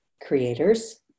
creators